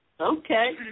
Okay